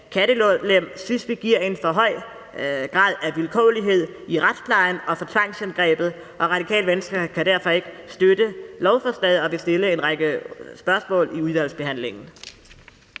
kattelem synes vi giver en for høj grad af vilkårlighed i retsplejen og i forhold til tvangsindgrebet. Radikale Venstre kan derfor ikke støtte lovforslaget og vil stille en række spørgsmål i udvalgsbehandlingen.